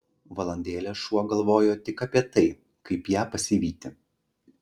valandėlę šuo galvojo tik apie tai kaip ją pasivyti